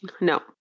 No